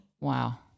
Wow